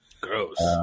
Gross